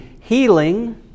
Healing